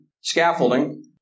Scaffolding